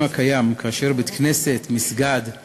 של חבר הכנסת יואב בן צור,